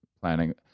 planning